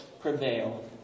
prevail